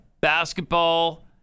basketball